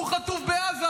הוא חטוף בעזה.